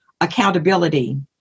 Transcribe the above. accountability